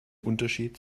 unterschied